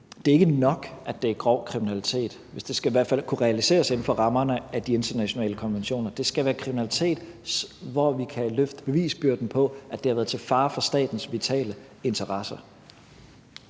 at det ikke er nok, at det er grov kriminalitet, hvis det i hvert fald skal kunne realiseres inden for rammerne af de internationale konventioner. Det skal være kriminalitet, hvor vi kan løfte bevisbyrden for, at det har været til fare for statens vitale interesser.